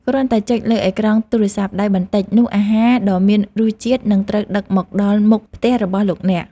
គ្រាន់តែចុចលើអេក្រង់ទូរស័ព្ទដៃបន្តិចនោះអាហារដ៏មានរសជាតិនឹងត្រូវដឹកមកដល់មុខផ្ទះរបស់លោកអ្នក។